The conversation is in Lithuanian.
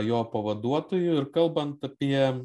jo pavaduotoju ir kalbant apie